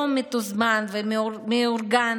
עליהום מתוזמן ומאורגן